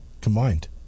combined